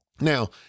Now